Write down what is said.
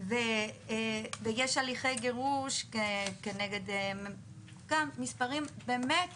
ויש הליכי גירוש גם על מספרים באמת